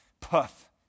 puff